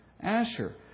Asher